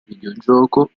videogioco